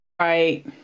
Right